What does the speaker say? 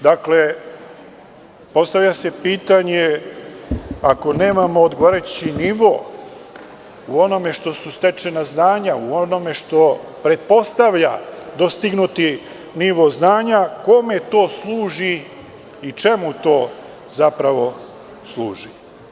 Dakle, postavlja se pitanje, ako nemamo odgovarajući nivo u onome što su stečena znanja, u onome što pretpostavlja dostignuti nivo znanja, kome to služi i čemu to zapravo služi?